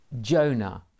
Jonah